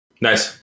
Nice